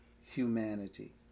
humanity